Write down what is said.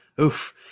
Oof